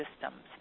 systems